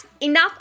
Enough